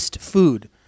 food